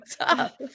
tough